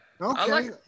Okay